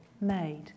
made